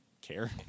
care